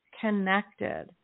connected